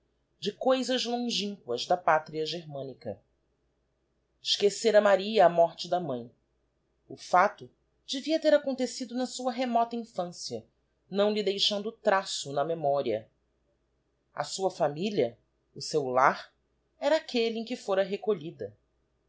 de coisas longinquas da pátria germânica esquecera maria a morte da mãe o facto devia ter acontecido na sua remota infância não lhe deixando traço na memoria a sua familia o seu lar era aquelle em que fora recolhida